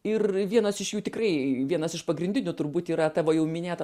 ir vienas iš jų tikrai vienas iš pagrindinių turbūt yra tavo jau minėta